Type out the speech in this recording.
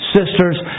sisters